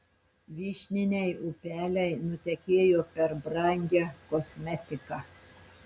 vyšniniai upeliai nutekėjo per brangią kosmetiką